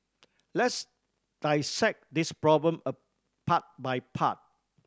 let's dissect this problem a part by part